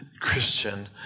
Christian